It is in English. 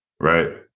right